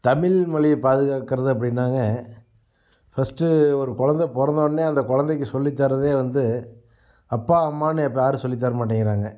தமிழ்மொழியை பாதுகாக்கிறத அப்படினாங்க ஃபஸ்ட் ஒரு குழந்த பொறந்தோடனே அந்த குழந்தைக்கி சொல்லி தரதே வந்து அப்பா அம்மானு இப்போ யாரும் சொல்லி தர மாட்டேங்கிறாங்க